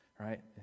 right